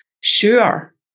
sure